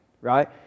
Right